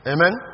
Amen